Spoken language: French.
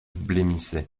blêmissaient